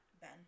ben